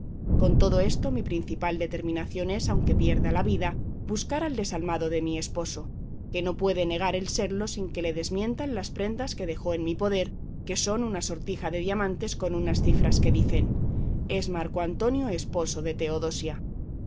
con todo esto mi principal determinación es aunque pierda la vida buscar al desalmado de mi esposo que no puede negar el serlo sin que le desmientan las prendas que dejó en mi poder que son una sortija de diamantes con unas cifras que dicen